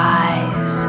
eyes